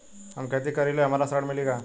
हम खेती करीले हमरा ऋण मिली का?